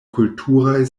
kulturaj